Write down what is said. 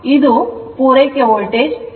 ಇದು ಪೂರೈಕೆ ವೋಲ್ಟೇಜ್ ಆಗಿದೆ